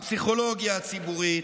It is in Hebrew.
הפסיכולוגיה הציבורית,